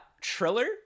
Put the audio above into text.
Triller